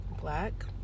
Black